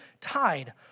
tied